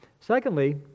secondly